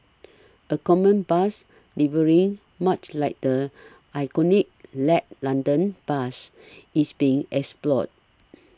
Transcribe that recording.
a common bus livery much like the iconic led London bus is being explored